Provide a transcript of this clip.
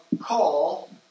call